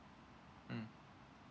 mm